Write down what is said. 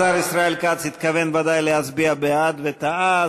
השר ישראל כץ התכוון בוודאי להצביע בעד וטעה,